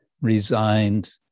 resigned